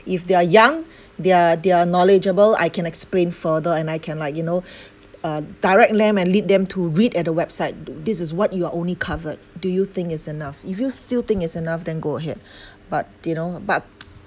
if they are young they are they are knowledgeable I can explain further and I can like you know uh direct them and lead them to read at the website this is what you are only covered do you think it's enough if you still think it's enough then go ahead but you know but